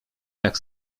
tak